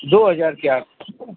दो हजार के आस पास ना